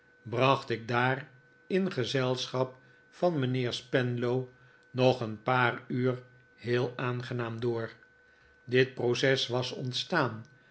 bracht ik daar in gezelschap van mijnheer spenlow nog een paar uur heel aangenaam door dit proces was ontstaan